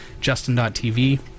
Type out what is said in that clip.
Justin.tv